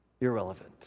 Irrelevant